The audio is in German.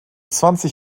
zwanzig